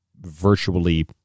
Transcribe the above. virtually